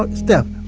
but steph,